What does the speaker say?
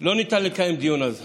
לא ניתן לקיים דיון על זה,